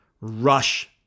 rush